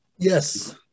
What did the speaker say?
Yes